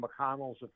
McConnell's